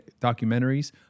documentaries